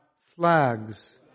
flags